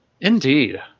Indeed